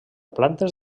plantes